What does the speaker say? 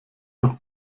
doch